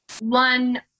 one